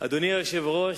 אדוני היושב-ראש,